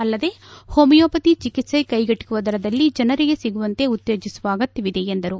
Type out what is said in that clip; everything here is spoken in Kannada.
ಅಲ್ಲದೆ ಹೋಮಿಯೋಪತಿ ಚಿಕಿತ್ಸೆ ಕೈಗೆಟುಕುವ ದರದಲ್ಲಿ ಜನರಿಗೆ ಸಿಗುವಂತೆ ಉತ್ತೇಜಿಸುವ ಅಗತ್ತವಿದೆ ಎಂದರು